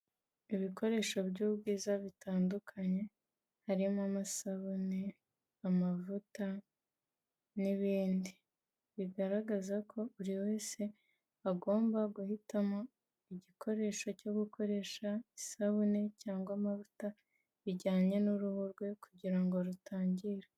Ibikoresho by'ubwiza bitandukanye, harimo amasabune, amavuta, n'ibindi bigaragaza ko buri wese agomba guhitamo igikoresho cyo gukoresha, isabune cyangwa amavuta bijyanye n'uruhu rwe kugira ngo rutangirika.